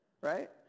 Right